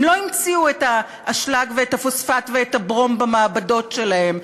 הם לא המציאו את האשלג ואת הפוספט ואת הברום במעבדות שלהם,